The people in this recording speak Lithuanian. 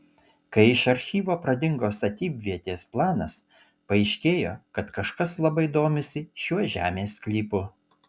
kai iš archyvo pradingo statybvietės planas paaiškėjo kad kažkas labai domisi šiuo žemės sklypu